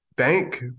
Bank